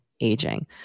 aging